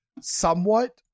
somewhat